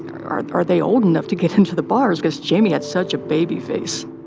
are are they old enough to get into the bars? because jamie had such a baby face